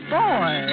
boy